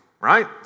right